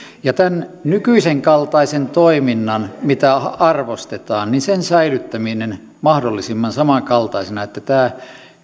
tämän nykyisenkaltaisen toiminnan mitä arvostetaan säilyttäminen mahdollisimman samankaltaisena niin että